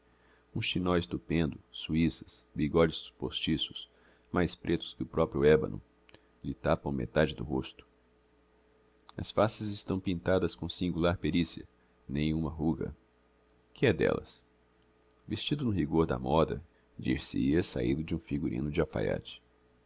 mumia um chinó estupendo suissas bigodes postiços mais pretos que o proprio ébano lhe tapam metade do rosto as faces estão pintadas com singular pericia nem uma ruga que é d'ellas vestido no rigor da moda dir se hia saído de um figurino de alfaiate